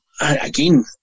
Again